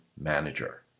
manager